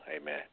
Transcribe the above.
amen